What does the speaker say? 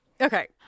Okay